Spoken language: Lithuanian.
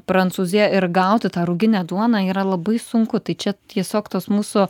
prancūziją ir gauti tą ruginę duoną yra labai sunku tai čia tiesiog tos mūsų